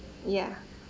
ya